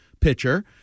pitcher